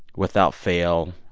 without fail,